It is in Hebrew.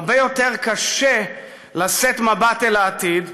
הרבה יותר קשה לשאת מבט אל העתיד,